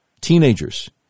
teenagers